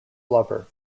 lover